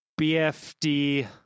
BFD